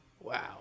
wow